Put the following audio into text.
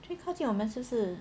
最靠近我们就是